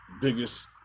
Biggest